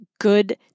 good